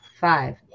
Five